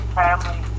family